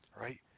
right